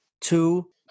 two